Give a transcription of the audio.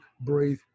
breathe